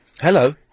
Hello